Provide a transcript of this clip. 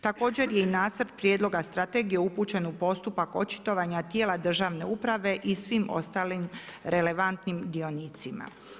Također je i Nacrt prijedloga strategije upućen u postupak očitovanja tijela državne uprave i svim ostalim relevantnim dionicima.